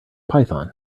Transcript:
python